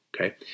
okay